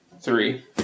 three